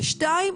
דבר שני,